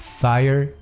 fire